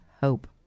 hope